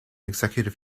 executive